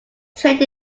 trained